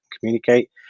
communicate